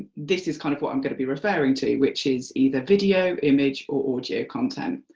this is kind of what i'm going to be referring to, which is either video, image or audio content.